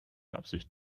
absicht